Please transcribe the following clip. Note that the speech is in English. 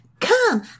come